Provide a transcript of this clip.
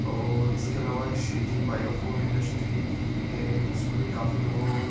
और इसके अलावा एक श्री जी बायोफ़ुल इंडस्टी है उसमें भी काफ़ी लोगों